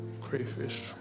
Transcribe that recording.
crayfish